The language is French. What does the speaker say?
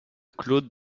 claude